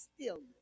stillness